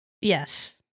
Yes